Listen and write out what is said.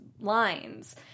lines